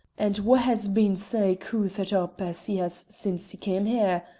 and wha has been sae coothered up as he has since he cam' here?